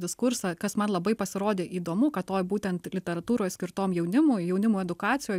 diskursą kas man labai pasirodė įdomu kad toj būtent literatūroj skirtom jaunimui jaunimo edukacijoj